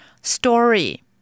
story